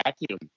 vacuum